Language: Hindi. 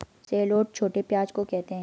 शैलोट छोटे प्याज़ को कहते है